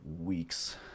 weeks